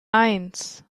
eins